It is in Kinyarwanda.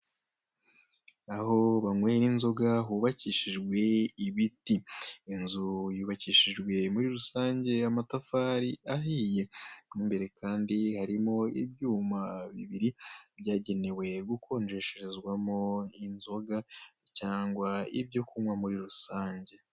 Aho banywera inzoga, hubakishijwe ibiti. Inzu yubakishijwe muri rusange amatafari ahiye. Mo imbere akandi harimo ibyuma bibiri byagenewe gukonjesherezwamo inzoga cyangwa ibyo kunywa muri rusange